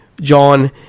John